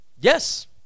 Yes